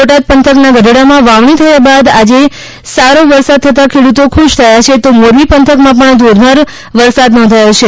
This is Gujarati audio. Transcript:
બોટાદ પંથકના ગઢડામાં વાવણી થયા બાદ આજે સારો વરસાદ થતાં ખેડૂતો ખુશ થયા છે તો મોરબી પંથકમાં પણ ધોધમાર વરસાદ નોંધાયો છે